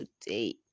today